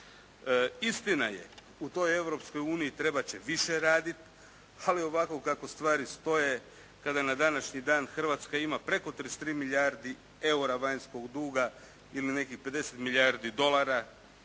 Istina je, u toj Europskoj uniji trebati će više raditi, ali ovako kako stvari stoje, kada na današnji dan Hrvatska ima preko 33 milijardi eura vanjskog duga ili nekih 50 milijardi dolara,